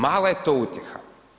Mala je to utjeha.